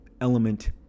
element